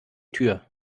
tür